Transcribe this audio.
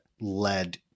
led